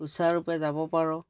সুচাৰুৰূপে যাব পাৰোঁ